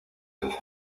del